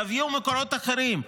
תביאו מקורות אחרים.